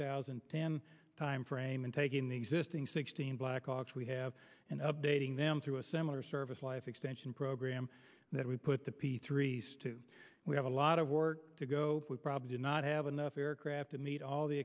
thousand and ten timeframe and taking the existing sixteen blackhawks we have and updating them through a similar service life extension program that would put the p three s two we have a lot of work to go we probably do not have enough aircraft and meet all the